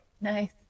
Nice